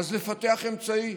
אז לפתח אמצעי.